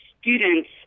students